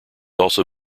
also